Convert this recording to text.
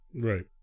Right